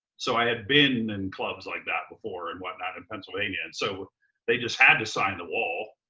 so i had been in clubs like that before and whatnot in pennsylvania. and so they just had to sign the wall.